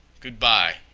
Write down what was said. good-by,